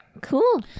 cool